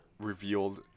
revealed